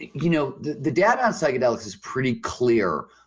you know the the data in psychedelics is pretty clear.